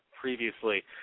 previously